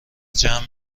جمع